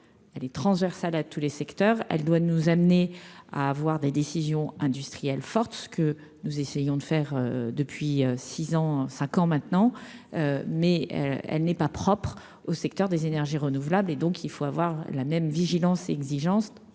elle est transversale à tous les secteurs, elle doit nous amener à avoir des décisions industrielles fortes, ce que nous essayons de faire depuis 6 ans, 5 ans maintenant, mais elle n'est pas propre au secteur des énergies renouvelables et donc il faut avoir la même vigilance et exigence